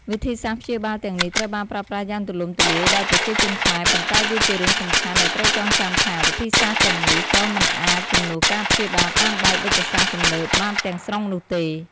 វិធីសាស្ត្រព្យាបាលទាំងនេះត្រូវបានប្រើប្រាស់យ៉ាងទូលំទូលាយដោយប្រជាជនខ្មែរ ប៉ុន្តែវាជារឿងសំខាន់ដែលត្រូវចងចាំថា វិធីសាស្ត្រទាំងនេះក៏មិនអាចជំនួសការព្យាបាលតាមបែបវេជ្ជសាស្ត្រទំនើបបានទាំងស្រុងនោះទេ។